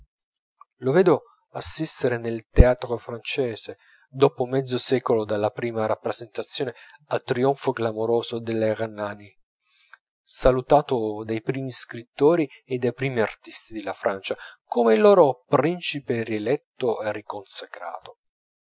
lo vedo assistere nel teatro francese dopo mezzo secolo dalla prima rappresentazione al trionfo clamoroso dell'hernani salutato dai primi scrittori e dai primi artisti della francia come il loro principe rieletto e riconsacrato